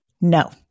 No